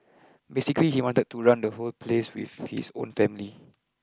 basically he wanted to run the whole place with his own family